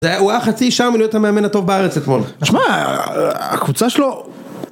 זה הוא היה חצי שעה מלהיות המאמן הטוב בארץ אתמול. שמע, הקבוצה שלו...